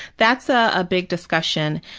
that's a ah big discussion.